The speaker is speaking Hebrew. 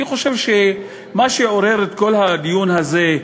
אני חושב שמה שעורר את כל הדיון הזה,